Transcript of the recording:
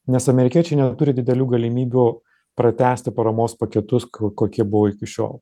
nes amerikiečiai neturi didelių galimybių pratęsti paramos paketus kokie buvo iki šiol